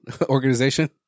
organization